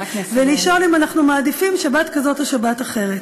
ולשאול אם אנחנו מעדיפים שבת כזאת או שבת אחרת.